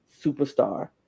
superstar